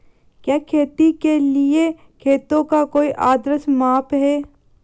क्या खेती के लिए खेतों का कोई आदर्श माप है?